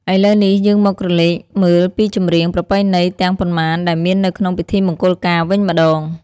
ឥឡូវនេះ យើងមកក្រឡេកមើលពីចម្រៀងប្រណៃណីទាំងប៉ុន្មានដែលមាននៅក្នុងពិធីមង្គលការវិញម្ដង។